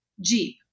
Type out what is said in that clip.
Jeep